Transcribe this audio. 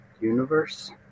universe